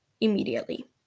immediately